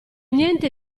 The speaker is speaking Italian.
niente